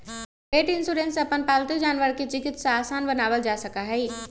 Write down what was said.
पेट insurance से अपन पालतू जानवर के चिकित्सा आसान बनावल जा सका हई